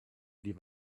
die